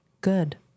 good